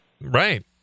Right